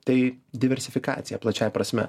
tai diversifikacija plačiąja prasme